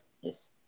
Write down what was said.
Yes